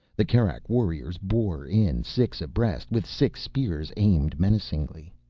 the kerak warriors bore in, six abreast, with six spears aimed menacingly.